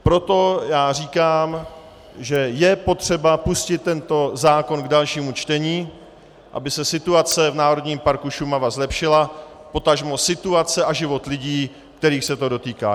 Proto říkám, že je potřeba pustit tento zákon k dalšímu čtení, aby se situace v Národním parku Šumava zlepšila, potažmo situace a život lidí, kterých se to dotýká.